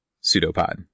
Pseudopod